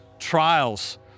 trials